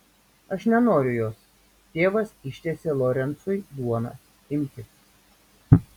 aš nenoriu jos tėvas ištiesė lorencui duoną imkit